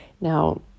Now